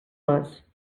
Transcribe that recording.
les